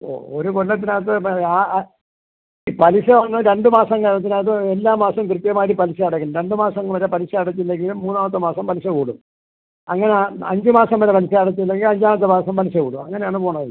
ഓ ഒരു കൊല്ലത്തിനകത്ത് പിന്നെ ആ ആ ഈ പലിശ ഒന്ന് രണ്ട് മാസം എല്ലാ മാസവും കൃത്യമായിട്ട് പലിശ അടക്കും രണ്ട് മാസം വരെ പലിശ അടച്ചില്ലെങ്കിൽ മൂന്നാമത്തെ മാസം പലിശ കൂടും അങ്ങനെ അഞ്ച് മാസം വരെ പലിശ അടച്ചില്ലെങ്കിൽ അഞ്ചാമത്തെ മാസം പലിശ കൂടും അങ്ങനെയാണ് പോകുന്നത്